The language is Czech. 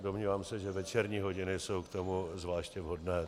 A domnívám se, že večerní hodiny jsou k tomu zvláště vhodné.